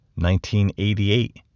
1988